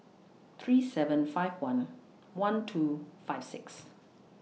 three seven five one one two five six